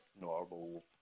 normal